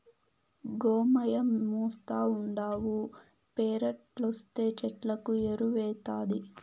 గోమయమేస్తావుండావు పెరట్లేస్తే చెట్లకు ఎరువౌతాది